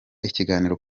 ikiganiro